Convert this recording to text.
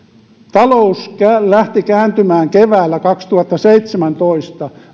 talous lähti kääntymään keväällä kaksituhattaseitsemäntoista